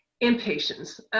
impatience